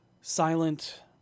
silent